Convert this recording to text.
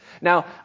Now